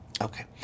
Okay